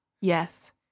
Yes